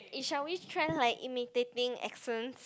eh shall we train like imitating accents